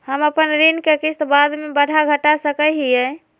हम अपन ऋण के किस्त बाद में बढ़ा घटा सकई हियइ?